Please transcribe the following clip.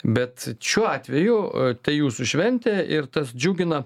bet šiuo atveju tai jūsų šventė ir tas džiugina